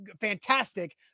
fantastic